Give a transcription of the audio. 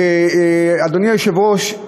אדוני היושב-ראש,